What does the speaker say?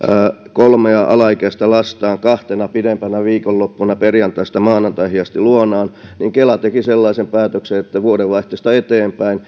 kolmea alaikäistä lastaan kahtena pidempänä viikonloppuna perjantaista maanantaihin asti luonaan jolloin kela teki sellaisen päätöksen että vuodenvaihteesta eteenpäin